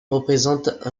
représente